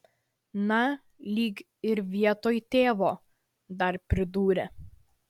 na lyg ir vietoj tėvo dar pridūrė